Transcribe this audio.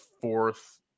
fourth